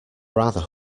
rather